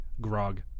grog